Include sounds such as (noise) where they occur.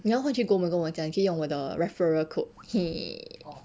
你要换去 gomo 跟我讲可以用的 referal code (noise)